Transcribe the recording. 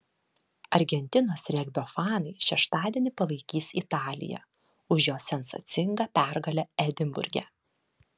argentinos regbio fanai šeštadienį palaikys italiją už jos sensacingą pergalę edinburge